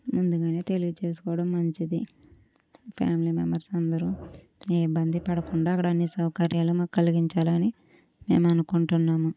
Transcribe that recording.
ముందుగానే తెలియజేసుకోవడం మంచిది ఫ్యామిలీ మెంబెర్స్ అందరూ ఏ ఇబ్బంది పడకుండా అక్కడ అన్ని సౌకర్యాలు మాకు కలిగించాలని మేము అనుకుంటున్నాము